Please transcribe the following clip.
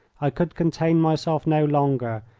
i could contain myself no longer,